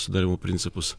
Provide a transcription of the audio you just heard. sudarymo principus